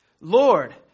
Lord